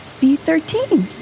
B-13